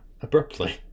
Abruptly